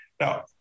Now